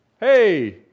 hey